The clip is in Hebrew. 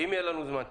אם יהיה לנו זמן.